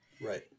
Right